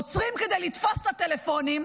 עוצרים כדי לתפוס את הטלפונים.